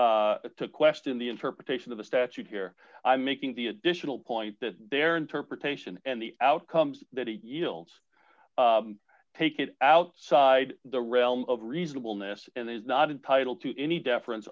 room to question the interpretation of the statute here i'm making the additional point that their interpretation and the outcomes that it yields take it outside the realm of reasonableness and there's not a title to any deference